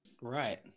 Right